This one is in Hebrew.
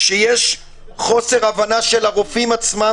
שיש חוסר הבנה של הרופאים עצמם,